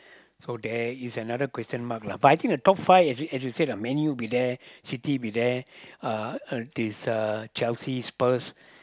so there is another question mark lah but the top five is as as you said Man-U will be there City will be there uh uh this uh Chelsea Spurs